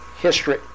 history